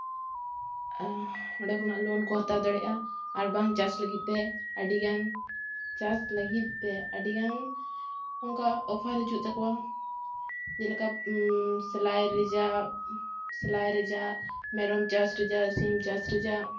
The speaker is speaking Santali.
ᱚᱸᱰᱮ ᱠᱷᱚᱱᱟᱜ ᱞᱳᱱ ᱠᱚ ᱦᱟᱛᱟᱣ ᱫᱟᱲᱮᱭᱟᱜᱼᱟ ᱟᱨ ᱵᱟᱝ ᱪᱟᱥ ᱞᱟᱹᱜᱤᱫᱛᱮ ᱟᱹᱰᱤᱜᱟᱱ ᱪᱟᱥ ᱞᱟᱹᱜᱤᱫᱛᱮ ᱟᱹᱰᱤᱜᱟᱱ ᱚᱝᱠᱟ ᱚᱯᱷᱟᱨ ᱦᱤᱡᱩᱜ ᱛᱟᱠᱚᱣᱟ ᱡᱮᱞᱮᱠᱟ ᱥᱮᱞᱟᱭ ᱨᱮᱡᱟᱜ ᱥᱮᱞᱟᱭ ᱨᱮᱡᱟᱜ ᱢᱮᱨᱚᱢ ᱪᱟᱥ ᱨᱮᱡᱟᱜ ᱥᱤᱢ ᱪᱟᱥ ᱨᱮᱡᱟᱜ